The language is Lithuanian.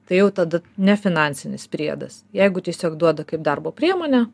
tai jau tada nefinansinis priedas jeigu tiesiog duoda kaip darbo priemonę